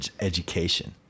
education